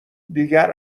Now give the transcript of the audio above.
دیگر